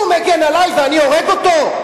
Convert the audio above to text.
הוא מגן עלי ואני הורג אותו?